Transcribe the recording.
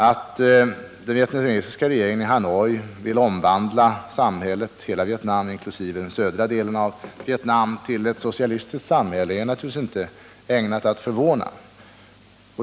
Att den vietnamesiska regeringen i Hanoi vill göra hela Vietnam inkl. den södra delen socialistiskt är naturligtvis inte ägnat att förvåna.